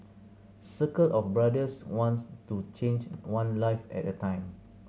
circle of Brothers wants to change one life at a time